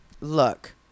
Look